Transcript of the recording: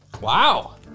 Wow